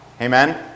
Amen